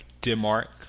Denmark